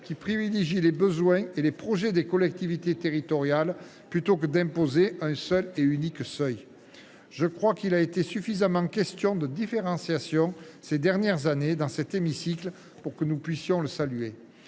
elle privilégie les besoins et les projets des collectivités territoriales au lieu d’imposer un seul et unique seuil. Il a été suffisamment question, me semble t il, de différenciation ces dernières années dans cet hémicycle pour que nous puissions la saluer.